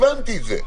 הבנתי את זה.